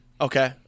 Okay